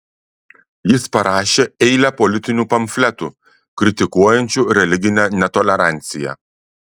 jis parašė eilę politinių pamfletų kritikuojančių religinę netoleranciją